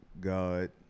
God